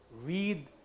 read